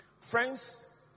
Friends